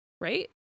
right